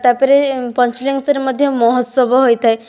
ତା'ପରେ ପଞ୍ଚଲିଙ୍ଗେଶ୍ୱରରେ ମଧ୍ୟ ମହୋତ୍ସବ ହୋଇଥାଏ